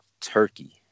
turkey